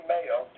Mail